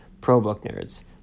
probooknerds